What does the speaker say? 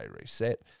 reset